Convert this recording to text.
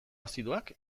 azidoak